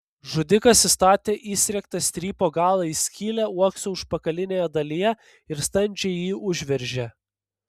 žudikas įstatė įsriegtą strypo galą į skylę uokso užpakalinėje dalyje ir standžiai jį užveržė